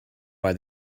why